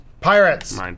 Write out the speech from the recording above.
Pirates